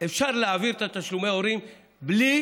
אפשר להעביר את תשלומי ההורים בלי